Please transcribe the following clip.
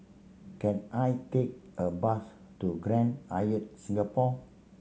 can I take a bus to Grand Hyatt Singapore